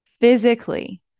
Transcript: physically